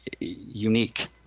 unique